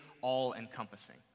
all-encompassing